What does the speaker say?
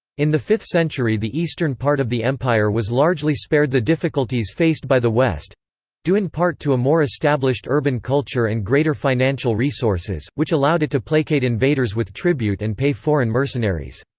in the fifth century the eastern part of the empire was largely spared the difficulties faced by the west due in part to a more established urban culture and greater financial resources, which allowed it to placate invaders with tribute and pay foreign mercenaries.